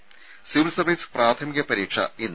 ത civil service പ്രാഥമിക പരീക്ഷ ഇന്ന്